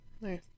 nice